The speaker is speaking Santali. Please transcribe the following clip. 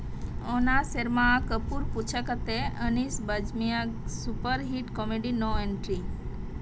ᱚᱱᱟ ᱥᱮᱨᱢᱟ ᱠᱟᱹᱯᱩᱨ ᱯᱩᱪᱷᱟᱹ ᱠᱟᱛᱮᱫ Anees Bazmee super hit comedy no entry